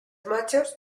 machos